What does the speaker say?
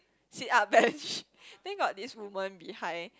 sit up bench then got this woman behind